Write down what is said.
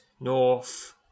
north